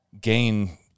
gain